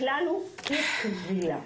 הכלל הוא אי כבילה.